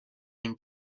and